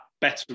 better